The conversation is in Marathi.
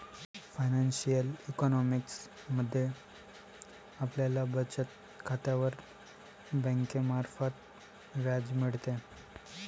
फायनान्शिअल इकॉनॉमिक्स मध्ये आपल्याला बचत खात्यावर बँकेमार्फत व्याज मिळते